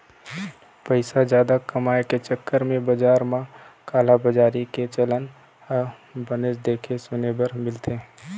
पइसा जादा कमाए के चक्कर म बजार म कालाबजारी के चलन ह बनेच देखे सुने बर मिलथे